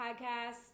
podcast